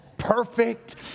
Perfect